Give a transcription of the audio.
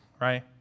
right